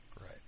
Right